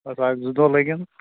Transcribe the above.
بَس اَکھ زٕ دۄہ لَگٕنۍ